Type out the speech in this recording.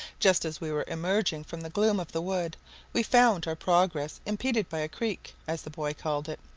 just as we were emerging from the gloom of the wood we found our progress impeded by a creek, as the boy called it,